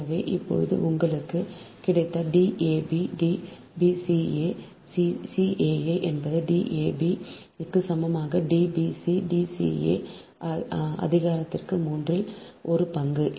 எனவே இப்போது உங்களுக்கு கிடைத்த D a b b c c a a என்பது D a b க்கு சமமாக D b c D c a அதிகாரத்திற்கு மூன்றில் ஒரு பங்கு